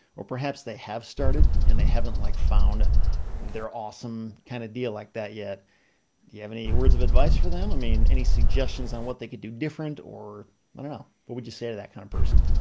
or perhaps they have started and they haven't like found their awesome kind of deal like that yet. do you have any words of advice for them? i mean any suggestions on what they could do different or but what would you say to that kind of person?